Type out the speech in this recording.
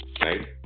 right